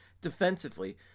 defensively